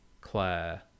Claire